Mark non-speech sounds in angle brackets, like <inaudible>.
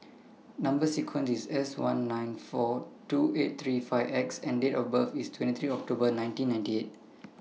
Number sequence IS S one nine four two eight three five X and Date of birth IS twenty three October nineteen ninety eight <noise>